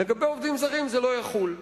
לגבי עובדים זרים זה לא יחול.